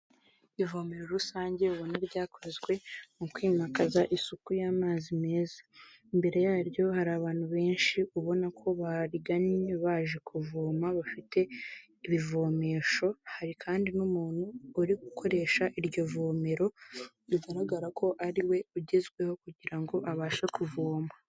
Ivomero rusange ubona ryakozwe mu kwimakaza isuku y'amazi meza. Imbere yaryo hari abantu benshi, ubona ko barigannye baje kuvoma, bafite ibivomesho, hari kandi n'umuntu uri gukoresha iryo vomero bigaragara ko ari we ugezweho kugira ngo abashe kuvoma.